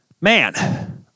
Man